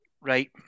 right